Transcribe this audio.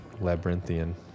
Labyrinthian